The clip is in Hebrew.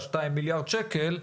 1.2 מיליארד שקל,